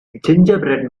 gingerbread